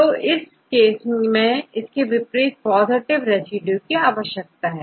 तो इस केस में इसके विपरीत पॉजिटिव चार्ज रेसिड्यू की आवश्यकता होगी